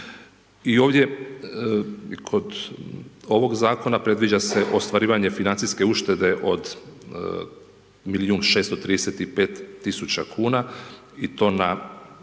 I ovdje kod ovog zakona, predviđa se ostvarivanje financijske uštede od milijun 635 tisuća kuna i to na